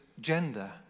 gender